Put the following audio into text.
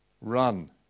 Run